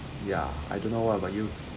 ya I don't know what about you